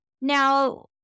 Now